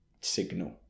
signal